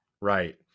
right